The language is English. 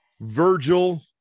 Virgil